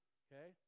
okay